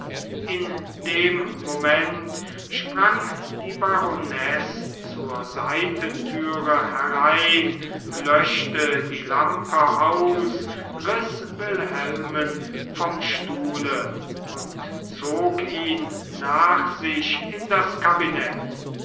in dem moment sprang die baronesse zur seitentüre herein löschte die lampe aus riß wilhelmen vom stuhle und zog ihn nach sich in das kabinett